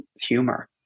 humor